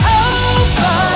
over